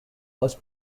was